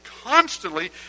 constantly